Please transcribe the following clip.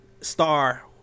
star